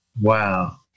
wow